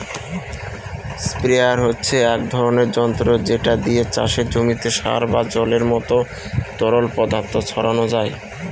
sprayer হচ্ছে এক ধরণের যন্ত্র যেটা দিয়ে চাষের জমিতে সার বা জলের মত তরল পদার্থ ছড়ানো যায়